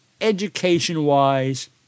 education-wise